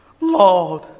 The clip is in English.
Lord